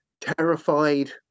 terrified